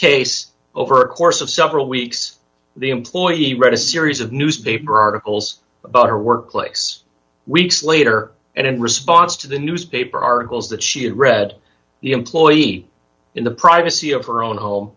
case over the course of several weeks the employee wrote a series of newspaper articles about her workplace weeks later and in response to the newspaper articles that she had read the employee in the privacy of her own home